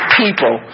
people